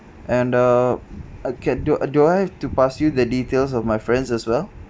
and uh uh can do do I have to pass you the details of my friends as well